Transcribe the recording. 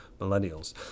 millennials